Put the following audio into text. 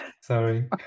Sorry